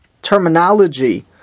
terminology